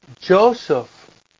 Joseph